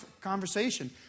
conversation